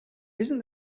isn’t